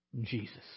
Jesus